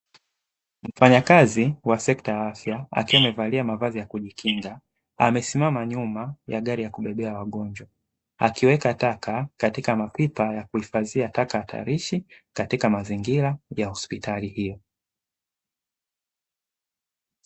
Mfanyakazi wa sekta ya afya akiwa amevalia mavazi ya kujikinga, amesimama nyuma ya gari ya kubebea wagonjwa, akiweka taka katika mapipa ya kuhifadhia taka hatarishi katika mazingira ya hospitali hiyo.